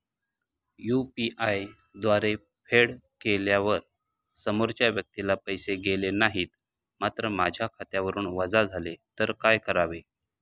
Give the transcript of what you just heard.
UPI द्वारे फेड केल्यावर समोरच्या व्यक्तीला पैसे गेले नाहीत मात्र माझ्या खात्यावरून वजा झाले तर काय करावे?